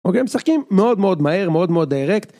אוקיי, הם משחקים מאוד מאוד מהר, מאוד מאוד דיירקט